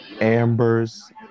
Amber's